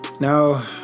now